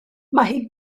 mae